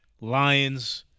Lions